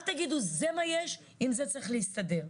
אל תגידו 'זה מה יש ועם זה צריך להסתדר'.